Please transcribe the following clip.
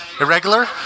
Irregular